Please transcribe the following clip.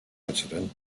incident